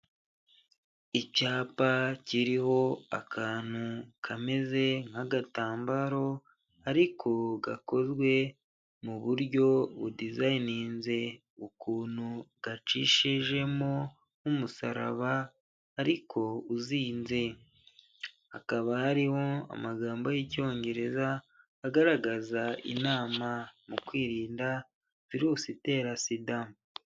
Icyapa kiriho akantu kameze nk'agatambaro ariko gakozwe mu buryo budizayininze ukuntu gacishijemo nk'umusaraba ariko uzinze, hakaba harimo amagambo y'Icyongereza agaragaza inama mu kwirinda virusi itera sida.